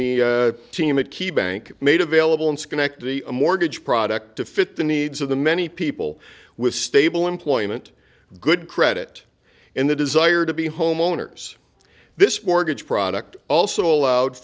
the team of key banc made available in schenectady a mortgage product to fit the needs of the many people with stable employment good credit and the desire to be homeowners this mortgage product also allowed